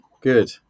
good